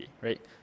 right